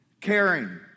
caring